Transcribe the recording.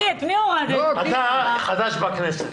אתה חדש בכנסת.